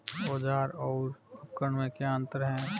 औज़ार और उपकरण में क्या अंतर है?